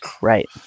Right